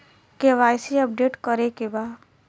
KYC update करे के बा?